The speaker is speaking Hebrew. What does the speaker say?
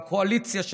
והקואליציה,